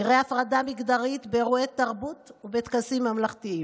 נראה הפרדה מגדרית באירועי תרבות ובטקסים ממלכתיים.